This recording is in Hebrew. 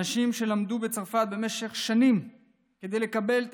אנשים שלמדו בצרפת במשך שנים כדי לקבל את